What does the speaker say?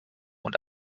und